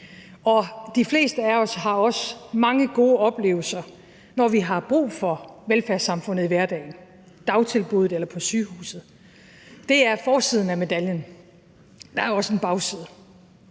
de fleste af os har også mange gode oplevelser, når vi har brug for velfærdssamfundet i hverdagen – i dagtilbuddet eller på sygehuset. Det er forsiden af medaljen. Men der er også en bagside: